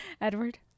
Edward